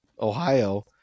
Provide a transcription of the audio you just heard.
Ohio